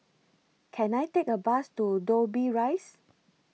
Can I Take A Bus to Dobbie Rise